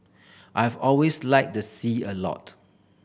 I've always liked the sea a lot